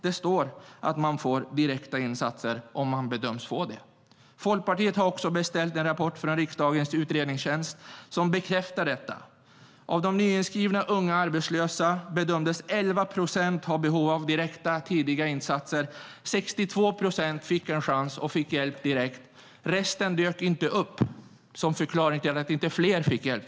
Där står det att man får direkta insatser om man bedöms behöva det. Folkpartiet har också beställt en rapport från riksdagens utredningstjänst som bekräftar detta. Av de nyinskrivna unga arbetslösa bedömdes 11 procent ha behov av tidiga insatser. 62 procent fick en chans och fick hjälp direkt. Resten dök inte upp, vilket är förklaringen till att inte fler fick hjälp.